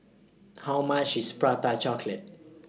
How much IS Prata Chocolate